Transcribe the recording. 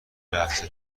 لحظه